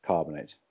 Carbonate